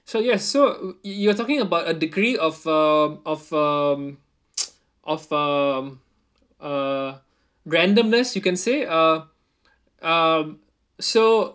so yes so you you are talking about a degree of uh of uh of uh um randomness you can say uh um so